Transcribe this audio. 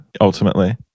ultimately